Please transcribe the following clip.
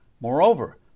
Moreover